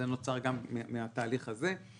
שזה נוצר מהתהליך הזה.